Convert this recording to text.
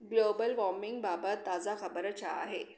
global warming बाबति ताज़ा ख़बर छा आहे